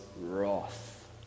wrath